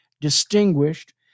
distinguished